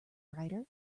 rider